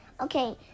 Okay